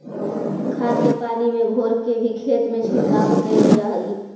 खाद के पानी में घोर के भी खेत में छिड़काव कयल जा हई